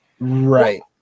right